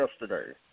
yesterday